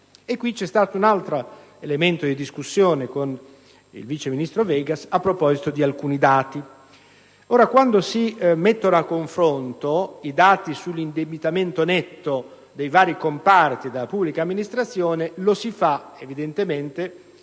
è emerso un altro elemento di discussione con il vice ministro Vegas in merito ad alcuni dati. Ora, quando si mettono a confronto i dati sull'indebitamento netto dei vari comparti della pubblica amministrazione, lo si fa evidentemente